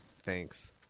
Thanks